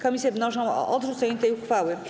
Komisje wnoszą o odrzucenie tej uchwały.